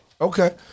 Okay